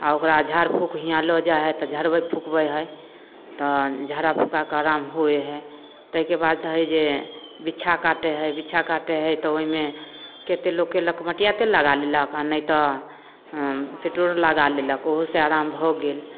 आओर ओकरा झाड़ फुक हिआँ लऽ जाइ हइ तऽ झड़बै फुकबै हइ तऽ झाड़ा फुका कऽ आराम होइ हइ ताहिके बाद हइ जे बिच्छा काटै हइ बिच्छा काटै हइ तऽ ओहिमे कतेक लोक केलक मटिआ तेल लगा लेलक आओर नहि तऽ हँ पेट्रोल लगा लेलक ओहूसे आराम भऽ गेल